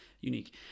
unique